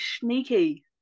sneaky